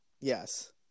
Yes